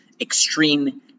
extreme